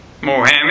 Mohammed